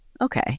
Okay